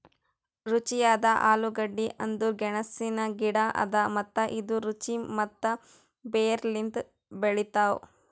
ರುಚಿಯಾದ ಆಲೂಗಡ್ಡಿ ಅಂದುರ್ ಗೆಣಸಿನ ಗಿಡ ಅದಾ ಮತ್ತ ಇದು ರುಚಿ ಮತ್ತ ಬೇರ್ ಲಿಂತ್ ಬೆಳಿತಾವ್